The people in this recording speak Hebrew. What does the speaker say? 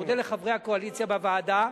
ואני מודה לחברי הקואליציה בוועדה.